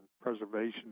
preservation